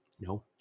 no